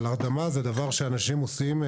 אבל הרדמה זה דבר שאנשים עושים,